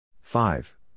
five